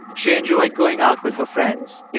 she enjoyed going out with her friends.